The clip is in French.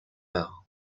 ère